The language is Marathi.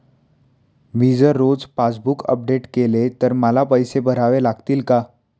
मी जर रोज पासबूक अपडेट केले तर मला पैसे भरावे लागतील का?